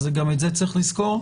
אז גם את זה צריך לזכור.